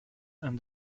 and